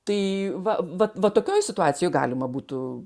tai va va va tokioj situacijoj galima būtų